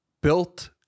built